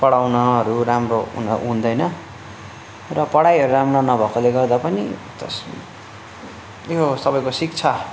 पढाउनहरू राम्रो हुन हुँदैन र पढाइहरू राम्रो नभएकोले गर्दा पनि यो तपाईँको शिक्षा